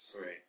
Right